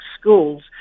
schools